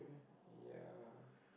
ya